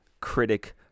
critic